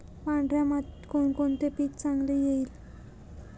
पांढऱ्या मातीत कोणकोणते पीक चांगले येईल?